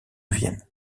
vienne